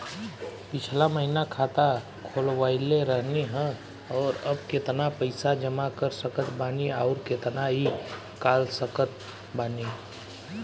पिछला महीना खाता खोलवैले रहनी ह और अब केतना पैसा जमा कर सकत बानी आउर केतना इ कॉलसकत बानी?